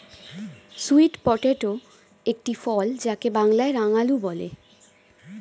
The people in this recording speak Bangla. সুইট পটেটো একটি ফল যাকে বাংলায় রাঙালু বলে